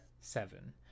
Seven